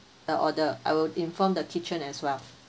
the order I will inform the kitchen as well